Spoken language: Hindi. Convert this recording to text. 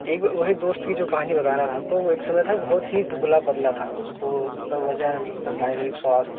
एक वही दोस्ती थी जो कहानी बता रहा था आपको एक समय था बहुत ही दुबला पतला था उसको उसका वजन उसका शारीरिक स्वास्थ्य